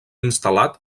instal·lat